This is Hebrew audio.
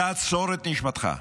תעצור את נשימתך.